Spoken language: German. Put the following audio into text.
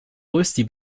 rösti